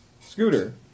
scooter